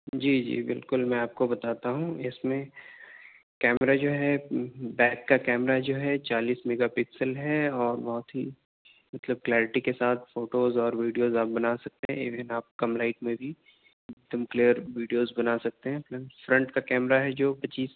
جی جی بالکل میں آپ کو بتاتا ہوں اس میں کیمرہ جو ہے بیک کا کیمرہ جو ہے چالیس میگا پکسل ہے اور بہت ہی مطلب کلیئرٹی کے ساتھ فوٹوز اور ویڈیوز آپ بنا سکتے ہیں ایوین آپ کم لائٹ میں بھی ایک دم کلیئر ویڈیوز بنا سکتے ہیں فرنٹ فرنٹ کا کیمرہ ہے جو پچیس